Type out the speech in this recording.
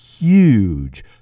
huge